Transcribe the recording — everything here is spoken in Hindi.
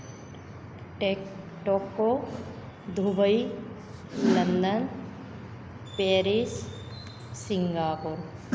take Tokyo Dubai London Paris Singapore